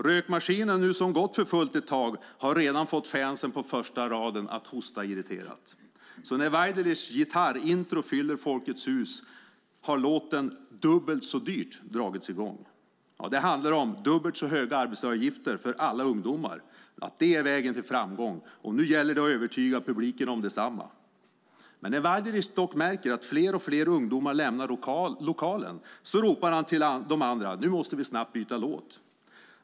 Rökmaskinen som nu gått för fullt ett tag har redan fått fansen på första raden att hosta irriterat. Så när Waidelich gitarrintro fyller Folkets Hus har låten Dubbelt så dyrt dragits i gång. Den handlar om hur dubbelt så höga arbetsgivaravgifter för alla ungdomar är vägen till framgång, och nu gäller det att övertyga publiken om detsamma. När Waidelich dock märker att fler och fler ungdomar lämnar lokalen ropar han till de andra: Nu måste vi snabbt byta låt.